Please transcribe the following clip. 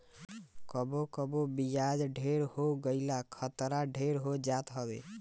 कबो कबो बियाज ढेर हो गईला खतरा ढेर हो जात हवे